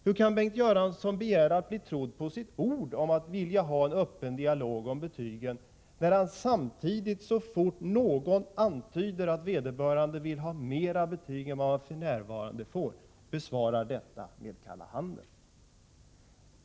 Hur kan Bengt Göransson begära att bli trodd på sina ord om att han vill ha en öppen dialog om betygen, när han samtidigt, så fort någon antyder att vederbörande vill ha mer betyg än man f.n. får, visar kalla handen?